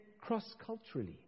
cross-culturally